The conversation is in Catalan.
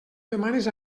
demanes